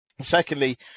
secondly